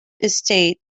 estate